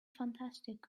fantastic